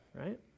right